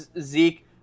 Zeke